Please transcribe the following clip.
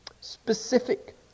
specific